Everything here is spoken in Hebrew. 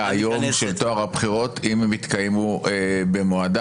היום של טוהר הבחירות אם הן יתקיימו במועדן,